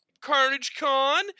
CarnageCon